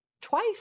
twice